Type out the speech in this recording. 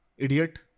Idiot